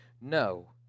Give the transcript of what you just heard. no